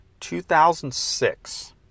2006